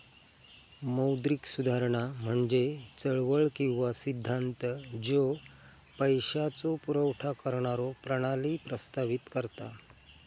मौद्रिक सुधारणा म्हणजे चळवळ किंवा सिद्धांत ज्यो पैशाचो पुरवठा करणारो प्रणाली प्रस्तावित करता